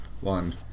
One